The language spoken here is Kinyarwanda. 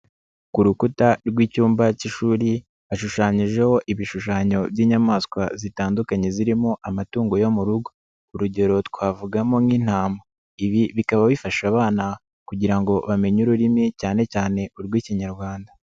Ku rukuta rw'icyumba cy'ishuri hashushanyijeho ibishushanyo by'inyamaswa zitandukanye zirimo amatungo yo mu rugo, urugero twavugamo nk'intama, ibi bikaba bifasha abana kugira ngo bamenye ururimi cyane cyane urw'Ikinyarwanda.